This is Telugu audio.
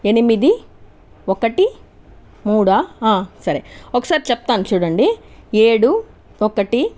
ఎనిమిది ఒకటి మూడా సరే ఒకసారి చెప్తాను చూడండి ఏడు ఒకటి